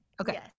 Okay